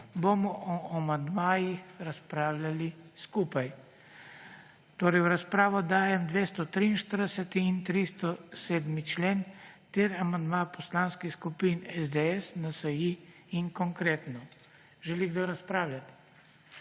bomo o amandmajih razpravljali skupaj. V razpravo dajem 243. in 307. člen ter amandma poslanskih skupin SDS, NSi in Konkretno. Želi kdo razpravljati?